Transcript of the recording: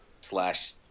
slash